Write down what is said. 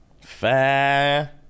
Fair